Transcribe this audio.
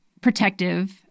protective